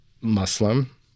Muslim